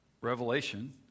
Revelation